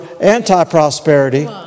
anti-prosperity